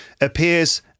appears